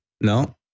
No